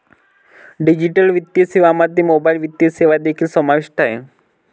digital वित्तीय सेवांमध्ये mobile वित्तीय सेवा देखील समाविष्ट आहेत